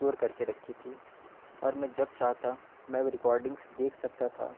store کر کے رکھی تھی اور میں جب چاہتا میں ریکارڈنگس دیکھ سکتا تھا